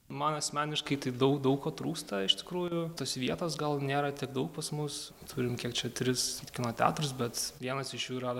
man asmeniškai taip daug daug ko trūksta iš tikrųjų tos vietos gal nėra tiek daug pas mus turim kiek čia tris kino teatrus bet vienas iš jų yra